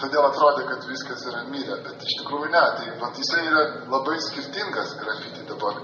todėl atrodė kad viskas yra mirę bet iš tikrųjų ne tai vat jisai yra labai skirtingas grafiti dabar